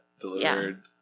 Delivered